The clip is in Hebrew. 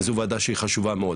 זו וועדה שהיא חשובה מאוד.